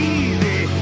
easy